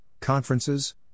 conferences